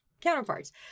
counterparts